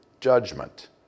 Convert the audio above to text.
judgment